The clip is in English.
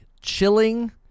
chilling